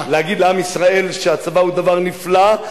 להגיד לעם ישראל שהצבא הוא דבר נפלא,